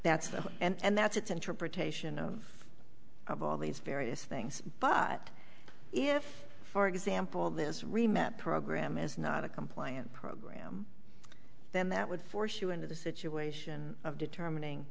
the and that's its interpretation of of all these various things but if for example this remap program is not a compliant program then that would force you into the situation of determining